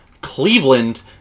Cleveland